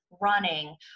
running